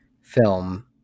film